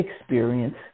experience